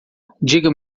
diga